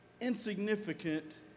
insignificant